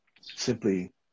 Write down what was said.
simply